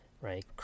right